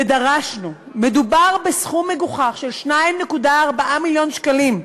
ודרשנו, מדובר בסכום מגוחך של 2.4 מיליון שקלים.